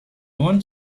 want